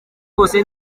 wose